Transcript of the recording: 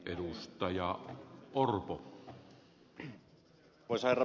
arvoisa herra puhemies